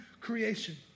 creation